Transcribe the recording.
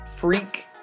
freak